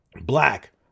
black